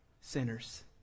sinners